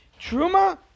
Truma